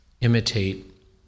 imitate